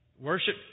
Worship